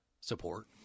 support